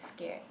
scared